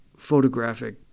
photographic